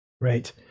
right